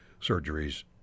surgeries